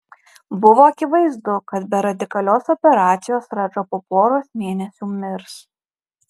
buvo akivaizdu kad be radikalios operacijos radža po poros mėnesių mirs